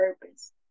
purpose